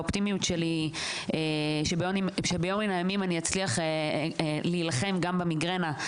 האופטימיות שלי שביום מן הימים אני אצליח להילחם גם במיגרנה.